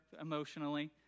emotionally